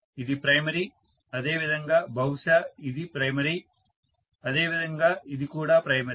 ఇది ప్రైమరీ అదేవిధంగా బహుశా ఇది ప్రైమరీ అదేవిధంగా ఇది కూడా ప్రైమరీ